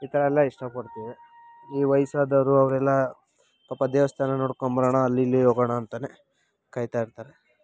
ಈ ಥರ ಎಲ್ಲ ಇಷ್ಟಪಡ್ತೀವಿ ಈ ವಯಸ್ಸಾದವರು ಅವರೆಲ್ಲಾ ಪಾಪ ದೇವಸ್ಥಾನ ನೋಡ್ಕೊಂಡ್ಬರೋಣ ಅಲ್ಲಿ ಇಲ್ಲಿ ಹೋಗೋಣ ಅಂತಲೇ ಕಾಯ್ತಾಯಿರ್ತರೆ